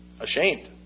ashamed